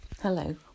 Hello